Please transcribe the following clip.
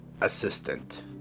assistant